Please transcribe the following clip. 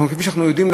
כפי שאנחנו יודעים,